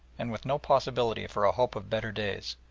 and with no possibility for a hope of better days,